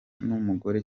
n’umugore